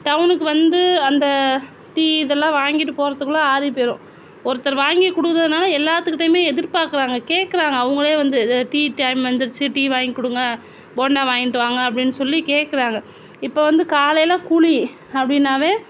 டவுனுக்கு வந்து அந்த டீ இதெல்லாம் வாங்கிட்டு போகிறதுக்குள்ள ஆறி போயிடும் ஒருத்தர் வாங்கி கொடுத்ததுனால எல்லார்க்கிட்டையுமே எதிர்பார்க்குறாங்க கேட்குறாங்க அவங்களே வந்து டீ டைம் வந்திருச்சி டீ வாங்கி கொடுங்க போண்டா வாங்கிட்டு வாங்க அப்படின்னு சொல்லி கேட்குறாங்க இப்போ வந்து காலையில் குழி அப்படினாவே